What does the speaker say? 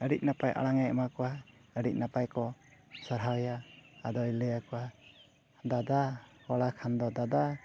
ᱟᱹᱰᱤ ᱱᱟᱯᱟᱭ ᱟᱲᱟᱝᱮ ᱮᱢᱟ ᱠᱚᱣᱟ ᱟᱹᱰᱤ ᱱᱟᱯᱟᱭ ᱠᱚ ᱥᱟᱨᱦᱟᱣᱮᱭᱟ ᱟᱫᱚᱭ ᱞᱟᱹᱭ ᱟᱠᱚᱣᱟ ᱫᱟᱫᱟ ᱠᱚᱲᱟ ᱠᱷᱟᱱ ᱫᱚ ᱫᱟᱫᱟ